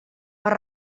per